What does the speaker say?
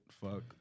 fuck